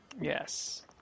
Yes